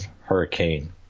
Hurricane